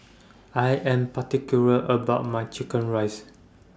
I Am particular about My Chicken Rice